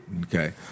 Okay